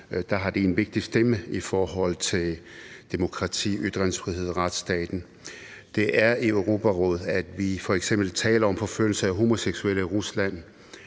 Det en vigtig stemme i forhold til demokrati, ytringsfrihed og retsstat. Det er i Europarådet, at vi f.eks. taler om forfølgelse af homoseksuelle i Rusland.